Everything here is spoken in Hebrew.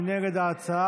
מי נגד ההצעה?